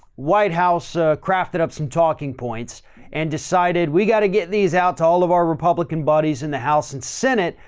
white house, ah crafted up some talking points and decided we gotta get these out to all of our republican buddies in the house and senate.